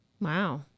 Wow